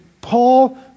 Paul